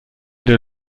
der